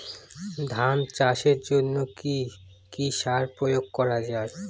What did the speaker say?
ধান চাষের জন্য কি কি সার প্রয়োগ করা য়ায়?